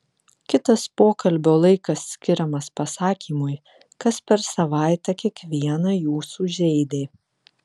kitas pokalbio laikas skiriamas pasakymui kas per savaitę kiekvieną jūsų žeidė